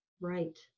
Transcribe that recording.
Right